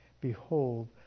Behold